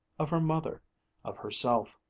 of her mother of herself.